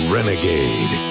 Renegade